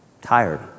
tired